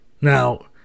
Now